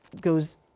goes